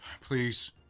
please